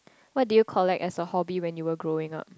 what did you collect as a hobby when you were growing up